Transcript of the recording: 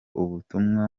ubutumwa